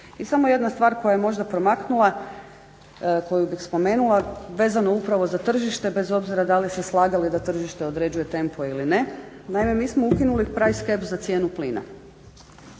I samo jedna star koja je možda promaknula, koju bih spomenula, vezano upravo za tržište bez obzira da li se slagali da tržište određuje tempo ili ne. Naime, mi smo ukinuli price cap za cijenu plina.